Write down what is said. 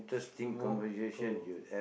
smoke to